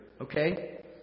Okay